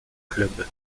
club